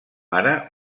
ara